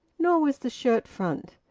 nor was the shirt-front,